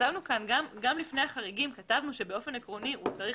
גם לפני החריגים כתבנו שבאופן עקרוני הוא צריך